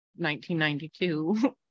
1992